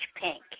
pink